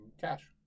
cash